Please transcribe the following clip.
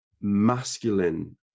masculine